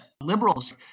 liberals